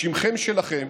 בשמכם שלכם,